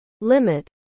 Limit